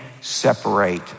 separate